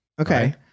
Okay